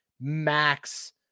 max